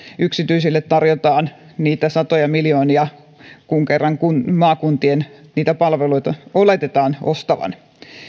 yksityisille tarjotaan niitä satoja miljoonia kun kerran maakuntien niitä palveluita oletetaan ostavan